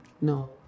no